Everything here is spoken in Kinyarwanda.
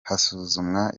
hasuzumwa